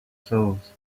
souls